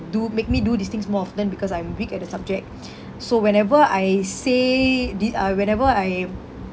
do make me do these things more often because I'm weak at the subject so whenever I say did uh whenever I